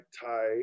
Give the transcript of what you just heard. tie